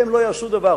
והם לא יעשו דבר.